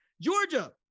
Georgia